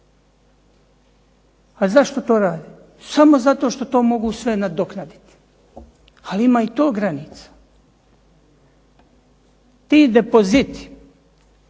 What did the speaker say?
A zašto to rade? Samo zato što to mogu sve nadoknaditi, ali ima i to granica. Ti depoziti